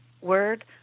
word